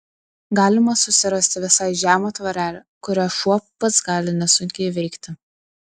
galima susirasti visai žemą tvorelę kurią šuo pats gali nesunkiai įveikti